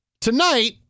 tonight